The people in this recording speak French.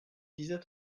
disait